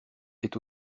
est